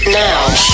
now